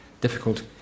Difficult